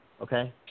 Okay